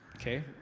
okay